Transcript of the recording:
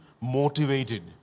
motivated